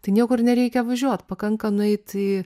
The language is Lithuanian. tai niekur nereikia važiuot pakanka nueit į